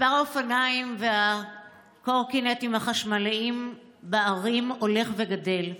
מספר האופניים והקורקינטים החשמליים בערים הולך וגדל.